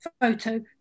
photo